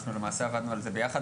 אנחנו למעשה עבדנו על זה ביחד.